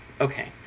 okay